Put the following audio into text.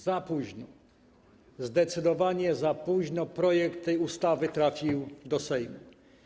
Za późno, zdecydowanie za późno projekt tej ustawy trafił do Sejmu.